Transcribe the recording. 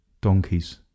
donkeys